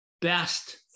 best